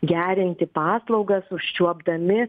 gerinti paslaugas užčiuopdami